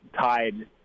tied